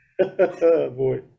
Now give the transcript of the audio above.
Boy